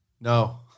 no